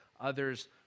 others